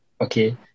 okay